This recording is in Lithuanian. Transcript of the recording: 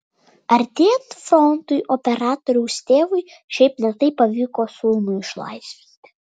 artėjant frontui operatoriaus tėvui šiaip ne taip pavyko sūnų išlaisvinti